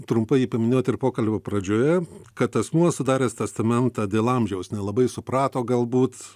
trumpai jį paminėjot ir pokalbio pradžioje kad asmuo sudaręs testamentą dėl amžiaus nelabai suprato galbūt